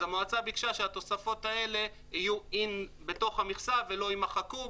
אז המועצה ביקשה שהתוספות האלה יהיו בתוך המכסה ולא יימחקו,